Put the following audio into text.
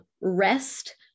rest